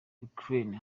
ukraine